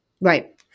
Right